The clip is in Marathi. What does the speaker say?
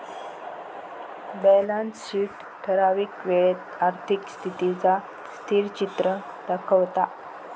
बॅलंस शीट ठरावीक वेळेत आर्थिक स्थितीचा स्थिरचित्र दाखवता